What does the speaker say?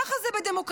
ככה זה בדמוקרטיה.